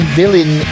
villain